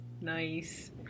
Nice